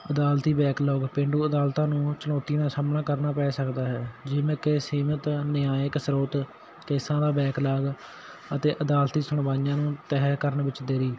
ਆਦਾਲਤੀ backlog ਪੇਂਡੂ ਅਦਾਲਤਾਂ ਨੂੰ ਚੁਣੌਤੀਆਂ ਦਾ ਸਾਹਮਣਾ ਕਰਨਾ ਪੈ ਸਕਦਾ ਹੈ ਜਿਵੇਂ ਕਿ ਸੀਮਿਤ ਨਿਆਂਇਕ ਸਰੋਤ ਕੇਸਾਂ ਦਾ ਬੈਕਲਾਗ ਅਤੇ ਅਦਾਲਤੀ ਸੁਣਵਾਈਆਂ ਨੂੰ ਤਹਿ ਕਰਨ ਵਿੱਚ ਦੇਰੀ